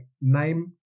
name